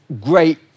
great